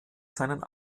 seinen